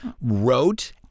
wrote